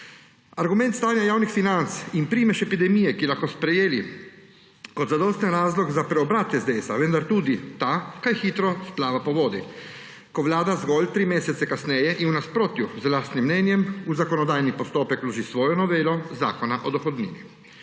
Argument stanja javnih financ in primež epidemije bi lahko sprejeli kot zadosten razlog za preobrat SDS-a, vendar tudi ta kaj hitro splava po vodi, ko vlada zgolj tri mesece kasneje in v nasprotju z lastnim mnenjem v zakonodajni postopek vloži svojo novelo Zakona o dohodnini.